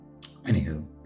Anywho